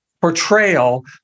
portrayal